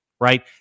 right